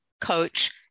coach